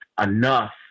enough